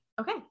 Okay